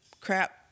crap